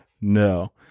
no